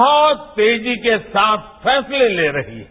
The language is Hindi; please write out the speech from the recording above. बहुत तेजी के साथ फैसले ले रही है